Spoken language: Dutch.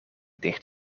dicht